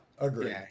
agree